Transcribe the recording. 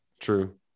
true